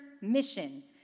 mission